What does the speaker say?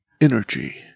Energy